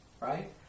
right